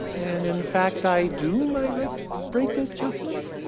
and in fact i do my reg break adjustments.